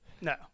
No